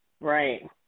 Right